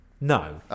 No